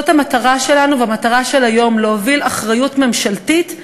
זאת המטרה שלנו והמטרה של היום: להוביל אחריות ממשלתית לבני-הנוער,